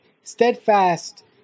steadfast